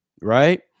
right